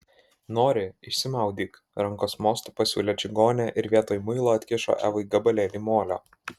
nori išsimaudyk rankos mostu pasiūlė čigonė ir vietoj muilo atkišo evai gabalėlį molio